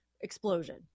explosion